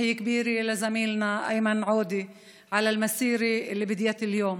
יישר כוח לחברנו איימן עודה על התהלוכה שהתחילה היום.)